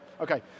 Okay